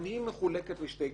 גם היא מחולקת לשתי קבוצות: